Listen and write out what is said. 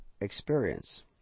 experience